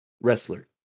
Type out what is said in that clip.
wrestler